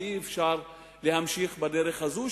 ואי-אפשר להמשיך בדרך הזאת,